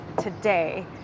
today